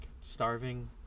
starving